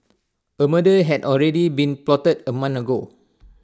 A murder had already been plotted A month ago